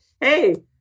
hey